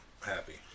happy